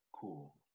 Cool